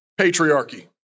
patriarchy